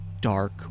dark